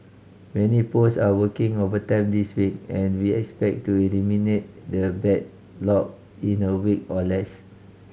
many post are working overtime this week and we expect to eliminate the backlog in a week or less